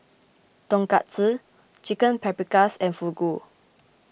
Tonkatsu Chicken Paprikas and Fugu